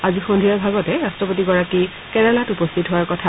আজি সদ্ধিয়াৰ ভাগত ৰাষ্ট্ৰপতিগৰাকী কেৰালাত উপস্থিত হোৱাৰ কথা